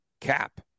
cap